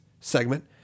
segment